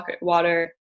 water